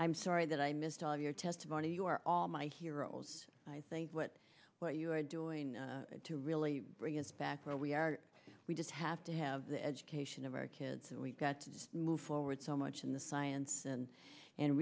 i'm sorry that i missed all of your testimony you are all my heroes i think but what you are doing to really bring us back where we are we just have to have the education of our kids and we've got to move forward so much in the science and